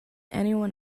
anyone